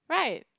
right